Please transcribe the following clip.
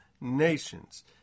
nations